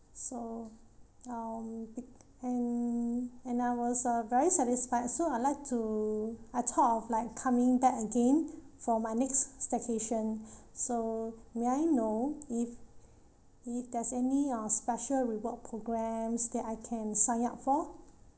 so um pic~ and and I was uh very satisfied so I'd like to I thought of like coming back again for my next staycation so may I know if if there's any uh special reward programme that I can sign up for